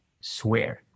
swear